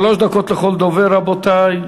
שלוש דקות לכל דובר, רבותי.